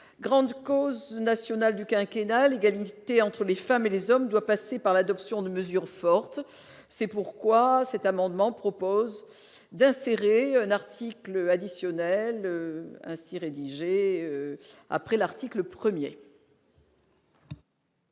grande cause nationale du quinquennat l'égalité entre les femmes et les hommes doit passer par l'adoption de mesures fortes, c'est pourquoi cet amendement propose d'insérer un article additionnel ainsi rédigé après l'article 1er.